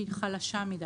שהיא חלשה מידי,